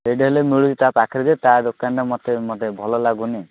ସେଇଠି ହେଲେ ମିଳୁଛି ତା' ପାଖରେ ଯେ ତା' ଦୋକାନରେ ମୋତେ ମୋତେ ଭଲ ଲାଗୁନି